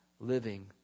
living